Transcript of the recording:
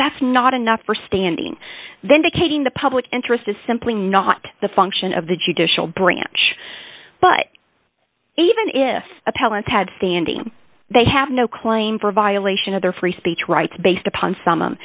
that's not enough for standing then vacating the public interest is simply not the function of the judicial branch but even if appellant had standing they have no claim for violation of their free speech rights based upon some